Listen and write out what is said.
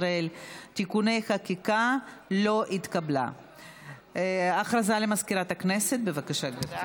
ישראל (תיקוני חקיקה) שהוצגה על ידי חברת הכנסת מרב מיכאלי.